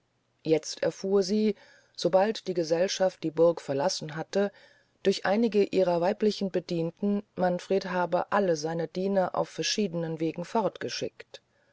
jetzt erfuhr sie sobald die gesellschaft die burg verlassen hatte durch einige ihrer weiblichen bedienten manfred habe alle seine diener auf verschiednen wegen